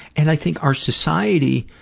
and i think our society